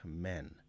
men